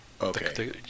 Okay